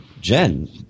Jen